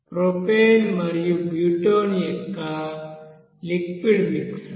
propane మరియు butane యొక్క liquid mixer